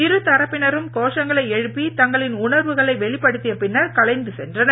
இருதரப்பினரும் கோஷங்களை எழுப்பி தங்களின் உணர்வுகளை வெளிப்படுத்திய பின்னர் கலைந்து சென்றனர்